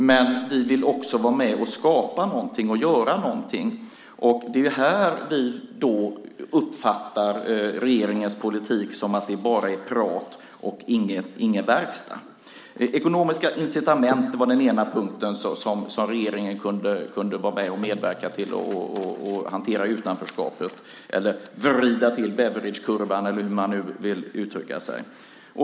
Men vi vill också vara med och skapa och göra någonting. Det är här vi uppfattar regeringens politik som bara prat och ingen verkstad. Ekonomiska incitament var den ena punkten som regeringen kunde vara med och medverka till när det gäller att hantera utanförskapet, vrida till Beveridgekurvan eller hur man nu vill uttrycka sig.